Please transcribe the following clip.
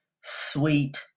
sweet